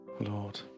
Lord